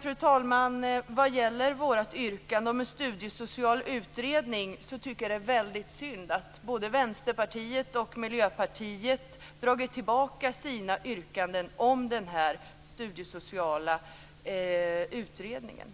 Fru talman! Slutligen vad gäller Centerpartiets yrkande om en studiesocial utredning tycker jag att det är väldigt synd att både Vänsterpartiet och Miljöpartiet dragit tillbaka sina yrkanden om den studiesociala utredningen.